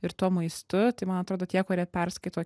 ir tuo maistu tai man atrodo tie kurie perskaito